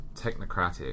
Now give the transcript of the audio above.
technocratic